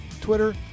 Twitter